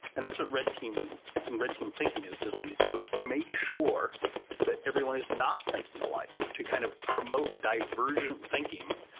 and that's what red teaming and red team thinking is designed to do is make sure that everyone is not thinking alike to kind of promote divergent thinking,